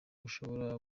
ushobora